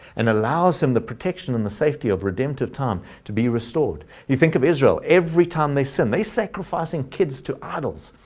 and allows him the protection and the safety of redemptive time to be restored. you think of israel, every time they sin, they sacrificing kids to idols,